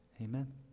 amen